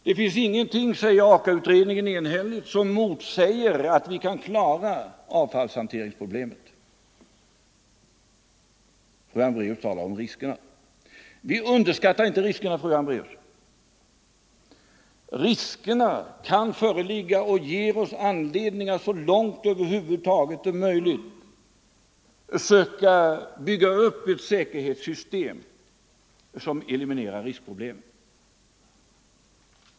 Det finns ingenting, säger AKA-ut = kraftsteknik till redningen enhälligt, som motsäger att vi kan klara avfallshanterings — utlandet problemen. Fru Hambraeus talar om riskerna. Vi underskattar inte riskerna, fru Hambraeus. Riskerna kan föreligga, och det ger oss anledning att så långt det över huvud taget är möjligt söka bygga upp ett säkerhetssystem som eliminerar riskproblemen.